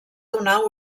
donar